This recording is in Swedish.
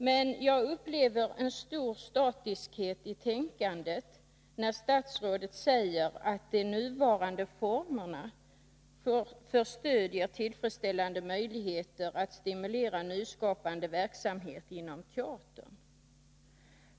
Men jag upplever det som en stor statiskhet i tänkandet när statsrådet säger att de nuvarande formerna för stöd ger tillfredsställande möjligheter att stimulera nyskapande verksamhet inom teatern.